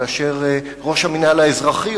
כאשר ראש המינהל אזרחי,